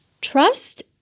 Trust